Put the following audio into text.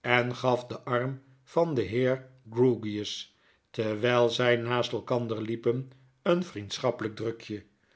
en gaf den arm van den heer grewgious terwyl zy naast elkander liepen een vriendschappelyk drukje